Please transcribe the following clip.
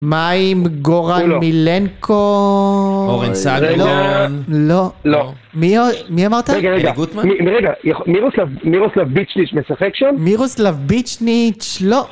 מה עם גוראן מילנקו? או רנ.., לא. לא. לא. מי אמרת? רגע, רגע. אלי גוטמן? מירוסלב ביצ׳ניץ׳ משחק שם? מירוסלב ביצ׳ניץ׳, לא.